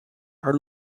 are